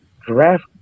draft